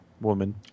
woman